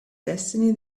destiny